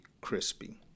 crispy